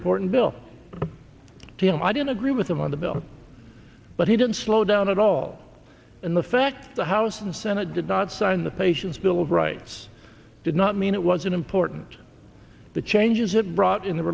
important bill to him i didn't agree with him on the bill but he didn't slow down at all and the fact the house and senate did not sign the patients bill of rights did not mean it wasn't important the changes that brought in the